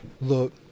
look